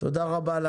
תודה רבה.